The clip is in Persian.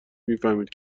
میفهمید